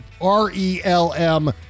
r-e-l-m